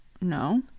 No